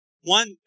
One